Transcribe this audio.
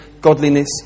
godliness